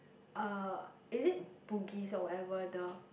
uh is it Bugis or whatever the